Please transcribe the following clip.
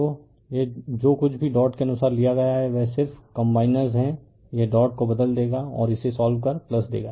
तो जो कुछ भी डॉट के अनुसार लिया गया है वह सिर्फ कमबाइनर है यह डॉट को बदल देगा और इसे सोल्व कर देगा